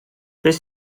beth